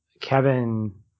Kevin